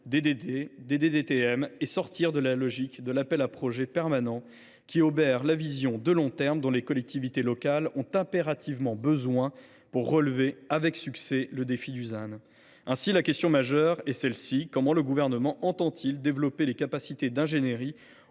mer (DDTM), et sortir de la logique de l’appel à projets permanent, laquelle obère la vision de long terme dont les collectivités locales ont impérativement besoin pour relever avec succès le défi du ZAN. Aussi la question majeure est elle la suivante : comment le Gouvernement entend il développer les capacités d’ingénierie